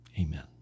amen